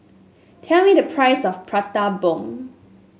tell me the price of Prata Bomb